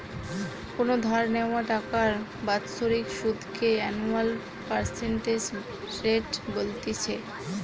কোনো ধার নেওয়া টাকার বাৎসরিক সুধ কে অ্যানুয়াল পার্সেন্টেজ রেট বলতিছে